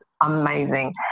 amazing